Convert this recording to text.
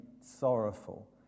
sorrowful